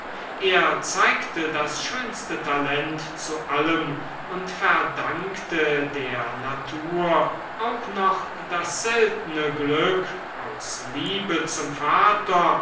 er zeigte das schönste talent zu allem und verdankte der natur auch noch das seltene glück aus liebe zum vater